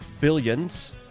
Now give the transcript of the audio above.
Billions